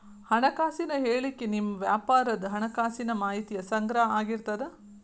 ಹಣಕಾಸಿನ ಹೇಳಿಕಿ ನಿಮ್ಮ ವ್ಯಾಪಾರದ್ ಹಣಕಾಸಿನ ಮಾಹಿತಿಯ ಸಂಗ್ರಹ ಆಗಿರ್ತದ